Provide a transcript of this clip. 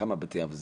בכמה בתי אב מדובר.